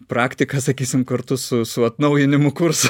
praktiką sakysim kartu su su atnaujinimu kurso